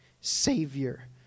Savior